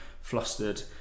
flustered